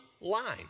line